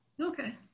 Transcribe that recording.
Okay